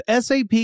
SAP